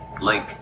Link